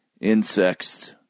insects